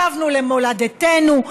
שבנו למולדתנו,